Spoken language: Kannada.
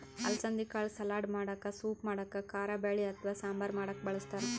ಅಲಸಂದಿ ಕಾಳ್ ಸಲಾಡ್ ಮಾಡಕ್ಕ ಸೂಪ್ ಮಾಡಕ್ಕ್ ಕಾರಬ್ಯಾಳಿ ಅಥವಾ ಸಾಂಬಾರ್ ಮಾಡಕ್ಕ್ ಬಳಸ್ತಾರ್